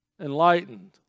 enlightened